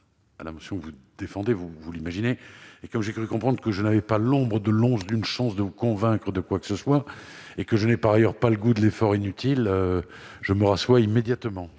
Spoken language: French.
défavorable à cette motion. Mais comme j'ai cru comprendre que je n'avais pas l'ombre de l'once d'une chance de vous convaincre de quoi que ce soit, et comme je n'ai, par ailleurs, pas le goût de l'effort inutile, je me rassois immédiatement.